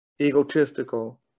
egotistical